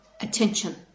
attention